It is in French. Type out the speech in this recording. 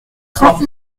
trente